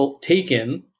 taken